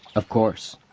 of course.